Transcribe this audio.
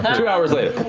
two hours later.